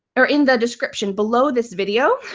or in the description below this video,